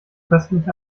köstlich